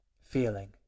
feeling